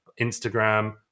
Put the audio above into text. Instagram